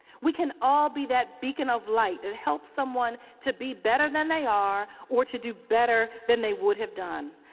we can all be that beacon of light and help someone to be better than they are, or to do better than they would have done.